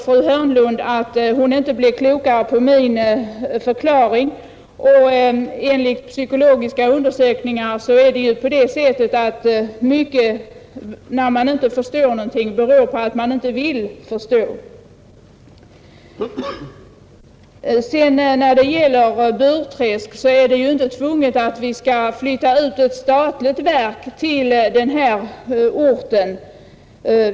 Fru Hörnlund påstår att hon iate blir klokare efter min förklaring. Enligt psykologiska undersökningar förstår man ju ingenting, när man inte vill förstå någonting. Det är inte tvunget att vi skall flytta ut ett statligt verk till Burträsk.